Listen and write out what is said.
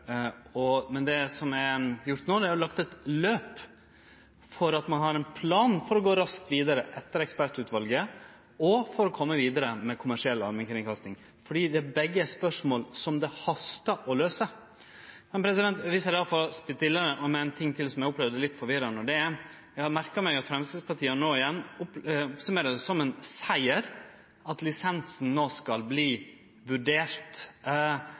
som er gjort no, er at det er lagt eit løp og ein plan for å gå raskt vidare etter ekspertutvalet og for å kome vidare med kommersiell allmennkringkasting, fordi begge er spørsmål som det hastar med å løyse. Men dersom eg får spørje om ein ting til som eg opplever litt forvirrande: Eg har merka meg at Framstegspartiet no igjen oppsummerer det som ein siger at lisensen no skal verte vurdert,